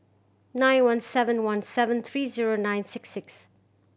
nine one seven one seven three zero nine six six